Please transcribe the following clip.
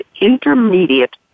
intermediate